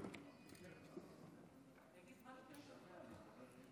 תודה רבה, אדוני